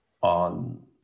on